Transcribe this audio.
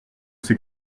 c’est